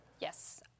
Yes